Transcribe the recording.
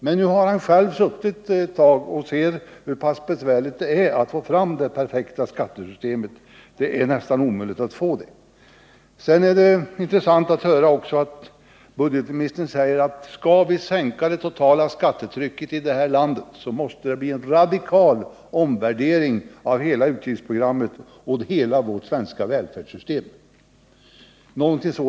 Men nu har han själv suttit en tid och sett hur pass besvärligt det är att få fram det perfekta skattesystemet — det är nästan omöjligt. Det är också intressant när budgetministern säger, att om vi skall sänka det totala skattetrycket i detta land, så måste det bli en radikal omvärdering av hela utgiftsprogrammet och av hela vårt svenska välfärdssystem.